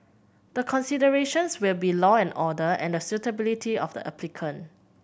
the considerations will be law and order and the suitability of the applicant